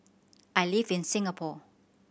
I live in Singapore